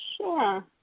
Sure